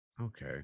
okay